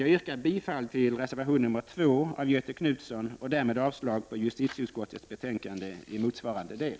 Jag yrkar bifall till reservation nr 2 av Göthe Knutson och därmed avslag på justitieutskottets hemställan i motsvarande del.